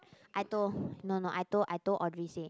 I told no no I told I told Audrey say